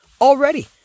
already